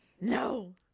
No